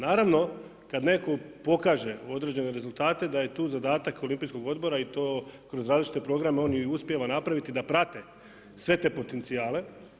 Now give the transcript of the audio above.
Naravno, kad netko pokaže određene rezultate, da je tu zadatak Olimpijskog odbora i to kroz različite programe on i uspije napraviti, da prate sve te potencijale.